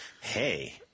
hey